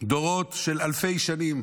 של אלפי שנים